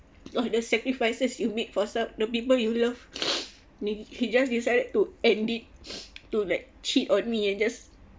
oh the sacrifices you make for some the people you love he he just decided to end it to like cheat on me and just